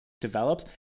develops